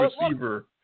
receiver